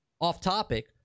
off-topic